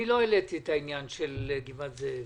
אני לא העליתי את עניין גבעת זאב,